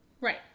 Right